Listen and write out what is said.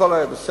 הכול היה בסדר,